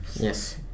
Yes